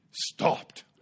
stopped